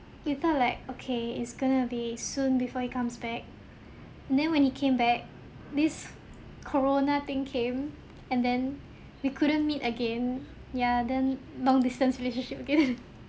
you thought like okay it's going to be soon before he comes back and then when he came back this corona thing came and then we couldn't meet again ya then long distance relationship again